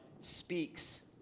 speaks